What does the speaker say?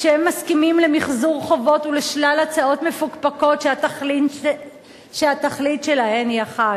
כשהם מסכימים למיחזור חובות ולשלל הצעות מפוקפקות שהתכלית שלהן היא אחת.